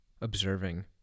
observing